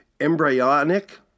embryonic